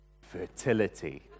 fertility